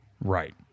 Right